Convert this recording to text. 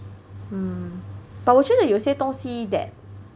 mm but 我觉得有些东西 that